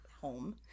home